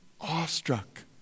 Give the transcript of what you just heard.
awestruck